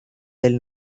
del